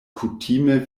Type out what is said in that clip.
kutime